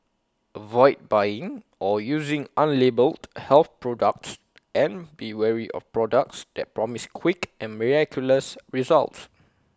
avoid buying or using unlabelled health products and be wary of products that promise quick and miraculous results